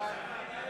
סעיף 02,